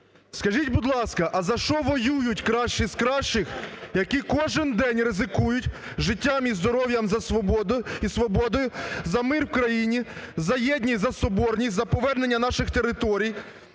Скажіть, будь ласка, а за що воюють кращі з кращих, які кожен день ризикують життям і здоров'ям за свободу, за мир в країні, за єдність, за соборність, за повернення наших територій,